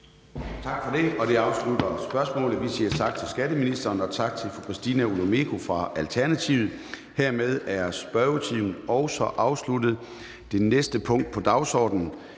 Tak for det, og det afslutter spørgsmålet. Vi siger tak til skatteministeren og tak til fru Christina Olumeko fra Alternativet. Hermed er spørgetimen også afsluttet. --- Det næste punkt på dagsordenen